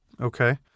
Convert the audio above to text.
Okay